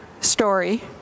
story